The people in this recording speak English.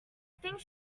think